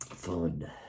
Fun